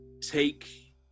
take